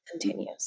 continues